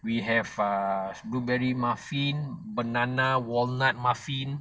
we have err blueberry muffin banana walnut muffin